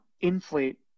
inflate